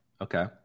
Okay